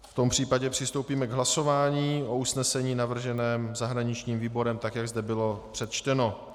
V tom případě přistoupíme k hlasování o usnesení navrženém zahraničním výborem, jak zde bylo přečteno.